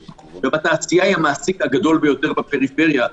התעשייה היא המעסיק הגדול ביותר בפריפריה.